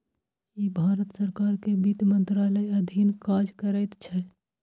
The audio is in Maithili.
ई भारत सरकार के वित्त मंत्रालयक अधीन काज करैत छै